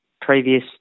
previous